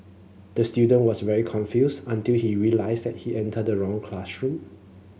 the student was very confused until he realised that he entered the wrong classroom